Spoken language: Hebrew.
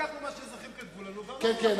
לקחנו מה שאזרחים כתבו לנו וקראנו.